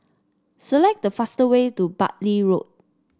select the fastest way to Bartley Road